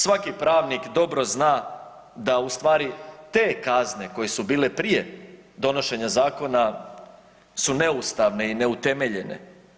Svaki pravnik dobro zna da u stvari te kazne koje su bile prije donošenja zakona su neustavne i neutemeljene.